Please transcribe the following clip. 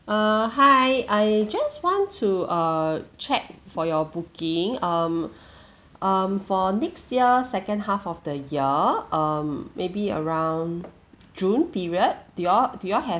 err hi I just want to err check for your booking um um for next year second half of the year um maybe around june period do you all do you all have